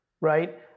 right